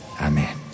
Amen